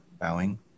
bowing